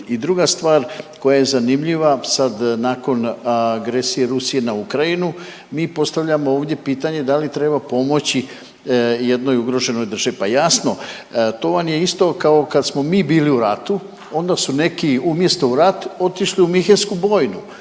I druga stvar koja je zanimljiva, sad nakon agresije Rusije na Ukrajinu mi postavljamo ovdje pitanje da li treba pomoći jednoj ugroženoj državi, pa jasno to vam je isto kao kad smo mi bili u ratu onda su neki umjesto u rat otišli u … bojnu,